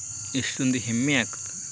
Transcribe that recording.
ಎಷ್ಟೊಂದು ಹೆಮ್ಮೆಯಾಗುತ್ತದೆ